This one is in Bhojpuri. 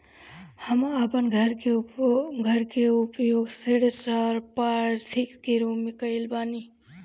हम अपन घर के उपयोग ऋण संपार्श्विक के रूप में कईले बानी